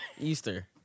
Easter